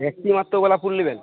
একটি মাত্র গোলাপ ফুল নেবেন